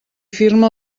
firma